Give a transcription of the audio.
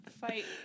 Fight